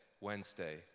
Wednesday